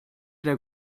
der